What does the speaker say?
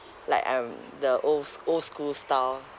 like um the olds old school style